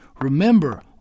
Remember